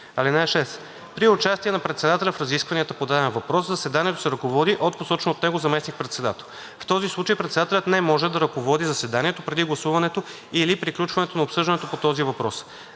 (6) При участие на председателя в разискванията по даден въпрос заседанието се ръководи от посочен от него заместник-председател. В този случай председателят не може да ръководи заседанието преди гласуването или приключването на обсъждането по този въпрос.